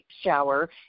shower